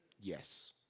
Yes